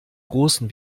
großen